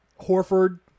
Horford